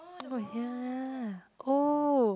oh ya oh